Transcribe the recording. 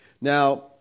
Now